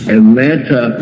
Atlanta